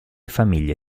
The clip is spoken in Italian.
famiglie